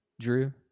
Drew